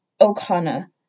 O'Connor